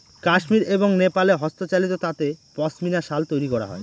কাশ্মির এবং নেপালে হস্তচালিত তাঁতে পশমিনা শাল তৈরী করা হয়